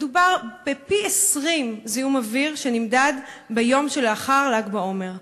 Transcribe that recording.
מדובר בפי-20 זיהום אוויר שנמדד ביום שלאחר ל"ג בעומר.